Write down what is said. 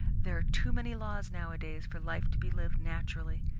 there are too many laws, nowadays, for life to be lived naturally.